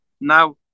now